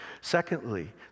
Secondly